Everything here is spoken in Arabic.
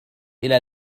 إلى